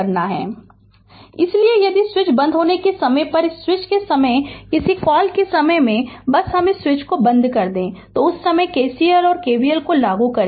Refer Slide Time 2743 इसलिए यदि switch बंद होने के समय इस स्विच के समय किस कॉल के समय बस स्विच बंद है तो उस समय KCL और KVL लागू करें